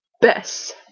Bess